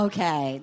Okay